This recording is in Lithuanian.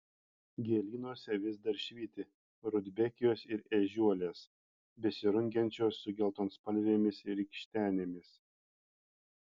gėlynuose vis dar švyti rudbekijos ir ežiuolės besirungiančios su geltonspalvėmis rykštenėmis